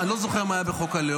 אני לא זוכר מה היה בחוק הלאום.